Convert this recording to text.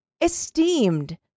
esteemed